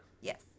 Yes